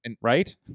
Right